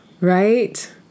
Right